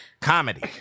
comedy